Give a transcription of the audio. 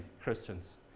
Christians